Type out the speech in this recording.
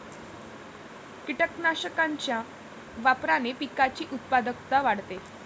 कीटकनाशकांच्या वापराने पिकाची उत्पादकता वाढते